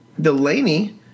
Delaney